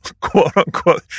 quote-unquote